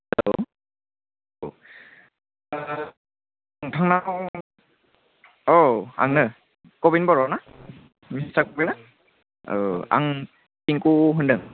हेल' नोंथाङाखौ औ आंनो अबिन बर' ना आं पिंकु होन्दों